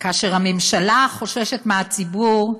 כאשר הממשלה חוששת מהציבור,